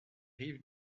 rives